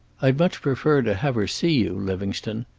i'd much prefer to have her see you, livingstone.